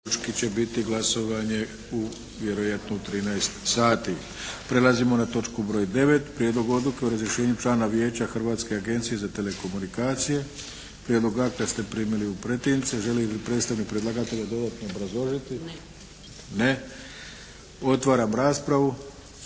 **Arlović, Mato (SDP)** Prelazimo na točku broj 9. –- Prijedlog odluke o razrješenju člana Vijeća Hrvatske agencije za telekomunikacije Prijedlog akta ste primili u pretince. Želi li predstavnik predlagatelja dodatno obrazložiti? Ne. Otvaram raspravu.